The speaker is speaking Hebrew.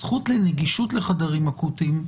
הזכות לנגישות לחדרים אקוטיים,